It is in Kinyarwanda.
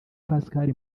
pascal